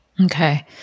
Okay